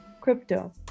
Crypto